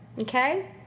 okay